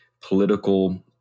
political